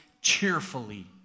cheerfully